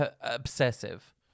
obsessive